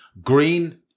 green